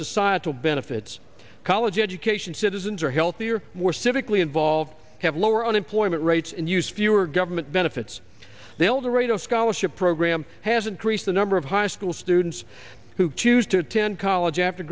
societal benefits college education citizens are healthier more civically involved have lower unemployment rates and use fewer government benefits they will the rate of scholarship program has increased the number of high school students who choose to attend college after